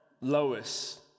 Lois